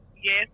Yes